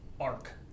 arc